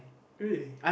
really